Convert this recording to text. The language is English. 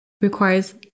requires